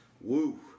Woo